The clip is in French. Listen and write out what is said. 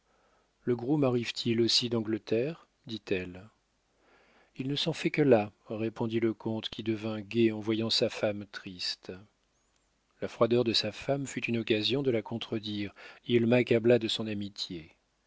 le groom arrive-t-il aussi d'angleterre dit-elle il ne s'en fait que là répondit le comte qui devint gai en voyant sa femme triste la froideur de sa femme fut une occasion de la contredire il m'accabla de son amitié